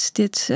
dit